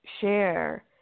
Share